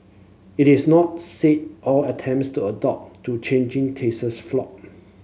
it is not say all attempts to adapt to changing tastes flopped